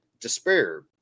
despair